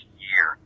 year